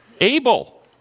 Abel